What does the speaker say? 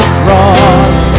cross